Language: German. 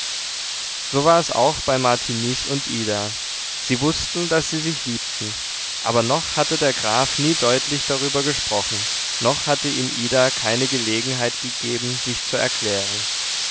so war es auch bei martiniz und ida sie wußten daß sie sich liebten aber noch hatte der graf nie deutlich darüber gesprochen noch hatte ihm ida keine gelegenheit gegeben sich zu erklären